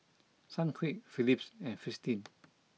Sunquick Phillips and Fristine